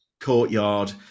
Courtyard